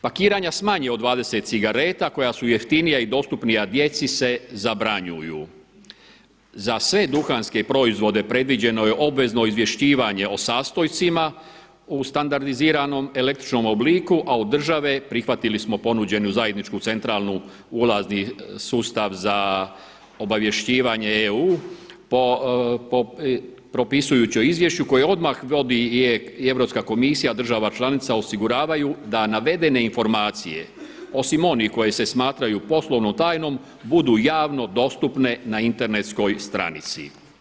Pakiranja sa manje od 20 cigareta koja su jeftinija i dostupnija djeci se zabranjuju za sve duhanske proizvode predviđeno je obvezno izvješćivanje o sastojcima u standardiziranom električnom obliku, a od države prihvatili smo ponuđenu zajedničku centralni ulazni sustav za obavješćivanje EU propisujući o izvješću koje vodi i Europska komisija država članica osiguravaju da navedene informacije osim onih koje se smatraju poslovnom tajnom budu javno dostupne na internetskoj stranici.